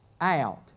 out